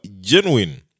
genuine